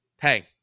hey